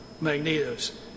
magnetos